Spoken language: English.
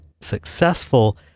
successful